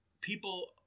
people